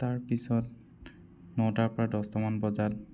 তাৰপিছত নটাৰ পৰা দহটা মান বজাত